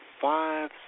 five